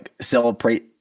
celebrate